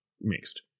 mixed